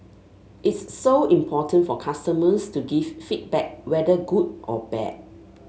it's so important for customers to give feedback whether good or bad